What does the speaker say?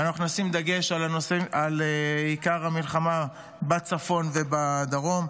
ואנחנו נשים דגש על עיקר המלחמה בצפון ובדרום.